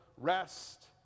rest